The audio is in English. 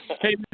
Hey